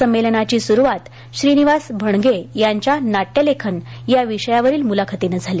संमेलनाची सुरवात श्रीनिवास भणगे यांच्या नाट्य लेखन या विषया वरील मुलाखतीने झाली